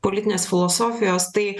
politinės filosofijos tai